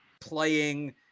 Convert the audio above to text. playing